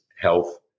health